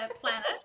planet